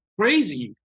crazy